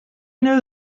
know